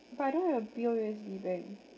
but I don't have a P_O_S_B bank